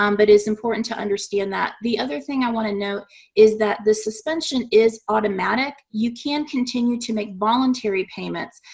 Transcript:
um but it's important to understand that. the other thing i want to note is that this suspension is automatic. you can continue to make voluntary payments.